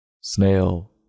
Snail